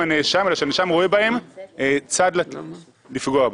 הנאשם אלא שהנאשם רואה בהם צד לפגוע בו.